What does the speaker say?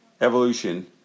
Evolution